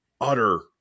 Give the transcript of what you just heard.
utter